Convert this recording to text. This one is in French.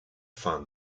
fin